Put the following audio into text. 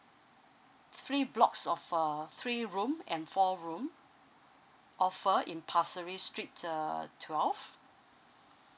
three blocks of uh three room and four room offer in pasir ris street uh twelve